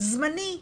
זמני,